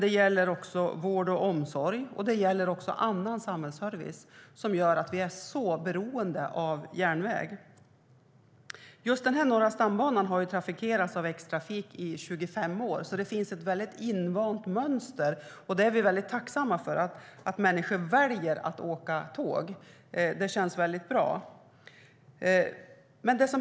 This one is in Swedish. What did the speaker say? Det gäller också vård och omsorg samt annan samhällsservice. Vi är beroende av järnvägen. Norra stambanan har trafikerats av X-Trafik i 25 år. Det finns ett invant mönster, och vi är tacksamma för att människor väljer att åka tåg; det känns bra.